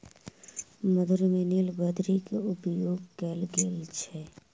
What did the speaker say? मधुर में नीलबदरी के उपयोग कयल गेल छल